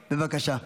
בבקשה.